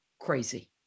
crazy